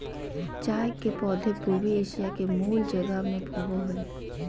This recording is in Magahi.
चाय के पौधे पूर्वी एशिया के मूल जगह में होबो हइ